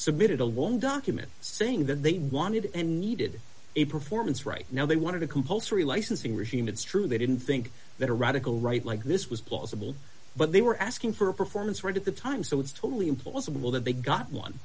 submitted a long document saying that they wanted and needed a performance right now they wanted a compulsory licensing regime it's true they didn't think that a radical right like this was plausible but they were asking for a performance right at the time so it's totally implausible that they got one